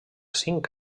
cinc